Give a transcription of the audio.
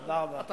תודה רבה.